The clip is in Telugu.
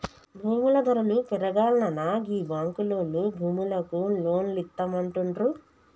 భూముల ధరలు పెరుగాల్ననా గీ బాంకులోల్లు భూములకు లోన్లిత్తమంటుండ్రు